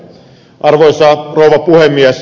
arvoisa rouva puhemies